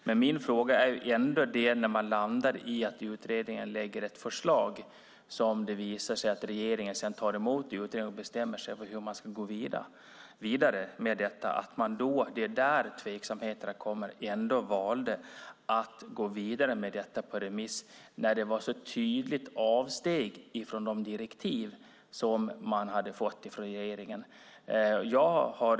Men min tveksamhet kommer när nu regeringen väljer att låta förslaget gå ut på remiss trots att förslaget var ett tydligt avsteg från de direktiv som utredningen hade fått av regeringen.